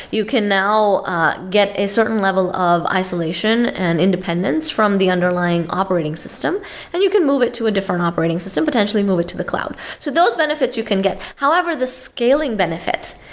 you can now ah get a certain level of isolation and independence from the underlying operating system and you can move it to a differ and operating system, potentially move it to the cloud. so those benefits you can get however, the scaling benefit,